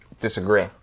disagree